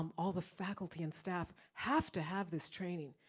um all the faculty and staff have to have this training,